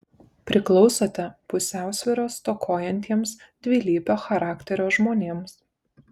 priklausote pusiausvyros stokojantiems dvilypio charakterio žmonėms